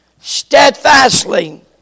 steadfastly